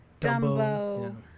Dumbo